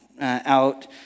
out